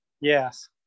Yes